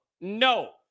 no